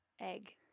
egg